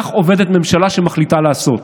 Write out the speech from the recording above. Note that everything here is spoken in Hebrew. כך עובדת ממשלה שמחליטה לעשות.